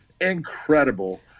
Incredible